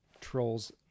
trolls